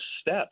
step